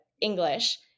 English